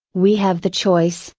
we have the choice,